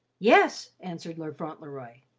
yes, answered lord fauntleroy,